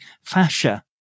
fascia